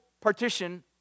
partition